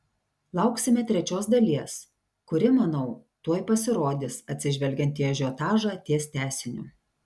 lauksime trečios dalies kuri manau tuoj pasirodys atsižvelgiant į ažiotažą ties tęsiniu